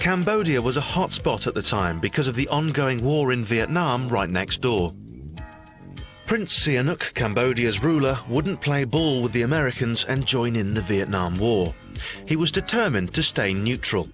cambodia was a hot spot at the time because of the ongoing war in vietnam right next door prince sihanouk cambodia's ruler wouldn't play ball with the americans and join in the vietnam war he was determined to stay neutral